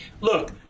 look